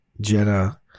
Jenna